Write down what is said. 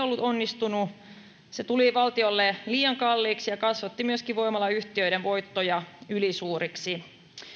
ollut onnistunut se tuli valtiolle liian kalliiksi ja kasvatti myöskin voimalayhtiöiden voittoja ylisuuriksi